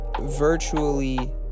virtually